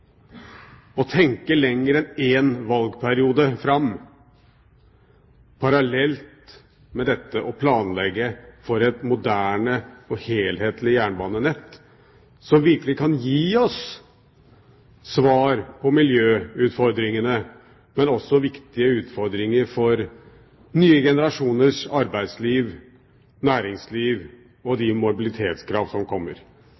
å tenke lenger enn én valgperiode fram, og parallelt med dette å planlegge for et moderne og helhetlig jernbanenett som virkelig kan gi oss svar på miljøutfordringene, men også på viktige utfordringer for nye generasjoners arbeidsliv, næringsliv og de mobilitetskrav som kommer.